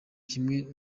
kimwe